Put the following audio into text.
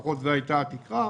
לפחות זו הייתה התקרה,